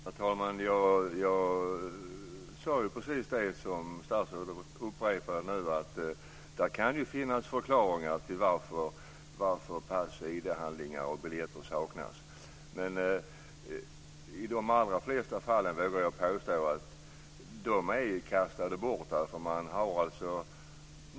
Herr talman! Jag sade ju precis det som statsrådet upprepar nu, att det kan finnas förklaringar till att pass, ID-handlingar och biljetter saknas. Men jag vågar påstå att handlingarna i de allra flesta fall är bortkastade.